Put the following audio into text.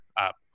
up